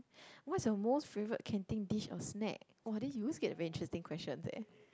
what's your most favourite canteen dish or snack !wah! then you always get very interesting questions eh